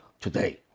today